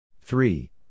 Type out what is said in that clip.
Three